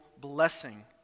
blessing